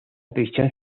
prisión